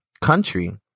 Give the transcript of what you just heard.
country